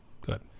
good